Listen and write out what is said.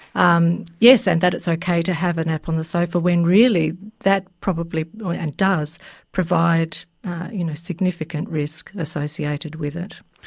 um yes, and that it's okay to have a nap on the sofa, when really that and does provide you know significant risk associated with it.